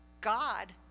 God